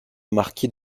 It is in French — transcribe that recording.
marquis